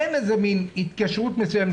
אין התקשרות מסוימת,